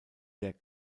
der